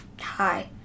Hi